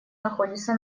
находится